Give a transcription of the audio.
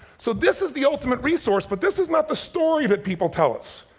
so this is the ultimate resource but this is not the story that people tell us.